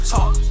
Talk